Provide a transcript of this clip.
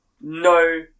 no